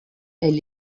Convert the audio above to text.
elle